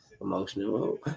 emotional